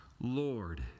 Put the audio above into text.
Lord